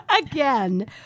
again